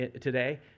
today